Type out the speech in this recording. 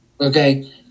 Okay